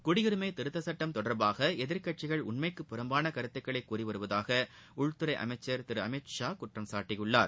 குடியுரிமை திருத்தச் சட்டம் தொடர்பாக எதிர்கட்சிகள் உண்மைக்கு புறம்பான கருத்துகளை கூறி வருவதாக உள்துறை அமைச்ச் திரு அமித்ஷா குற்றம் சாட்டியுள்ளார்